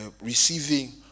receiving